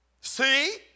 See